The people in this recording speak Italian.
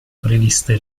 previste